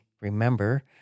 remember